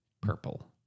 purple